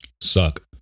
suck